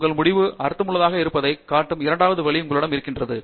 உங்கள் முடிவு அர்த்தமுள்ளதாக இருப்பதை காட்டும் இரண்டாவது வழி உங்களிடம் இருக்க வேண்டும்